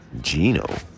Gino